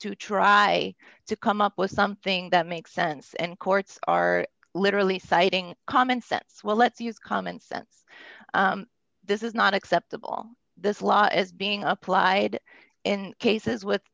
to try to come up with something that makes sense and courts are literally citing common sense well let's use common sense this is not acceptable this law is being applied in cases with